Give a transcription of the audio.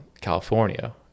California